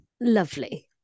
Lovely